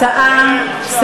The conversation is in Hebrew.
31. אין להם בושה.